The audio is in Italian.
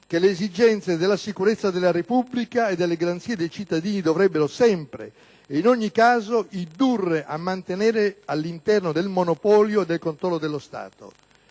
che le esigenze della sicurezza della Repubblica e delle garanzie dei cittadini dovrebbero sempre e in ogni caso indurre a mantenere all'interno del monopolio e del controllo dello Stato.